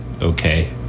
okay